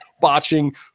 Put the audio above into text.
botching